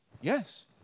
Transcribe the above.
Yes